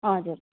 हजुर